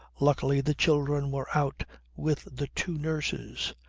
luckily the children were out with the two nurses.